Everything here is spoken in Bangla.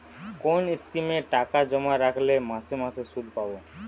কোন স্কিমে টাকা জমা রাখলে মাসে মাসে সুদ পাব?